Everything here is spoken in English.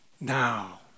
now